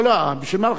לא, בשביל מה לך?